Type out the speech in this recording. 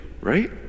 right